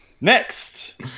next